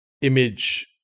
image